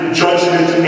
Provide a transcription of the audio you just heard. judgment